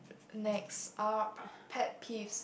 next up pet peeves